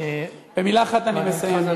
במילה אחת אני מסיים.